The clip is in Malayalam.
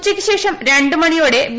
ഉച്ചയ്ക്ക് ശേഷം രണ്ടു മണിയോടെ വി